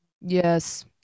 Yes